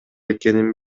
экенин